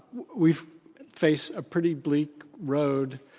we face a pretty bleak road,